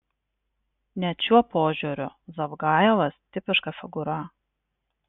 net šiuo požiūriu zavgajevas tipiška figūra